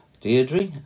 Deirdre